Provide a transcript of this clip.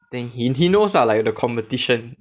then he he knows lah like the competition